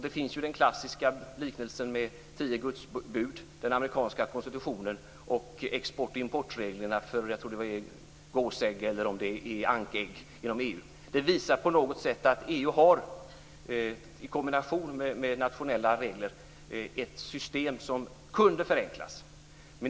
Den klassiska liknelsen är tio Guds bud, den amerikanska konstitutionen och export och importreglerna för gåsägg inom EU - eller om det är ankägg. Detta visar att EU har, i kombination med nationella regler, ett system som kan förenklas.